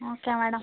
okay madam